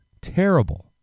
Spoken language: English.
Terrible